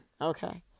Okay